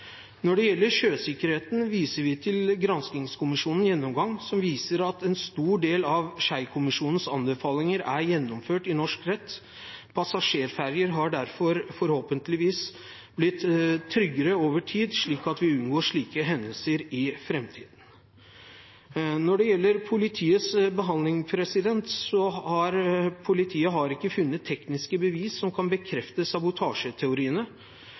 Når det gjelder sjøsikkerheten, viser vi til granskningskommisjonens gjennomgang, som viser at en stor del av Schei-kommisjonens anbefalinger er gjennomført i norsk rett. Passasjerferger har derfor forhåpentligvis blitt tryggere over tid, slik at vi unngår slike hendelser i framtiden. Når det gjelder politiets behandling, har de ikke funnet tekniske bevis som kan